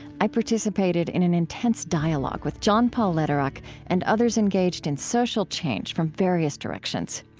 i participated in an intense dialogue with john paul lederach and others engaged in social change from various directions.